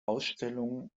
ausstellungen